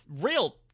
real